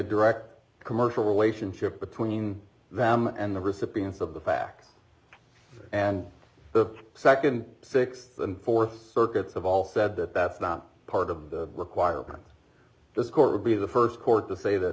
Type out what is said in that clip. direct commercial relationship between them and the recipients of the facts and the second sixth and fourth circuits have all said that that's not part of the requirement this court would be the first court to say that